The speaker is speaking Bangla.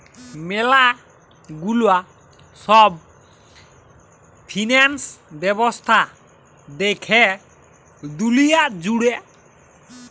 ম্যালা গুলা সব ফিন্যান্স ব্যবস্থা দ্যাখে দুলিয়া জুড়ে